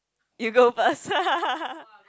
you go first